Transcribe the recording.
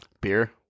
Beer